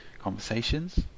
Conversations